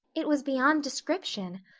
it was beyond description.